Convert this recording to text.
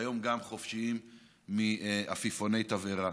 והיום גם חופשיים מעפיפוני תבערה.